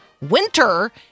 winter